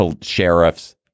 sheriffs